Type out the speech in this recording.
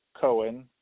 Cohen